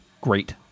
great